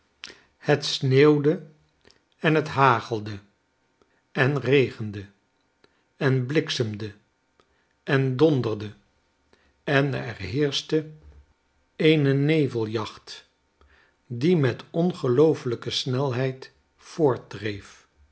het sneeuwde en hagelde en regende en bliksemde en donderde en er heerschte eene neveljacht die met ongeloofelijke snelheid voort